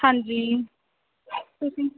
ਹਾਂਜੀ ਤੁਸੀਂ